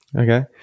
Okay